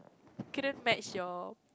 couldn't match your